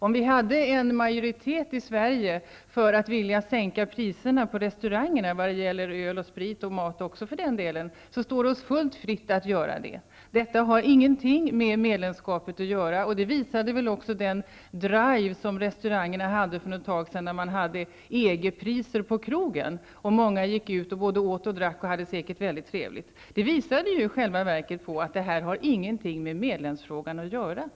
Om vi hade en majoritet i Sverige för att vilja sänka priserna på restauranger vad gäller öl och vin -- mat också för den delen -- står det oss fullt fritt att göra det. Detta har ingenting att göra med medlemskapet, och det visade väl också den drive som restaurangerna gjorde för ett tag sedan när de hade ''EG-priser'' och många gick ut och både åt och drack och säkert hade väldigt trevligt. Det visade i själva verket på att detta har ingenting med medlemskapsfrågan att göra.